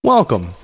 Welcome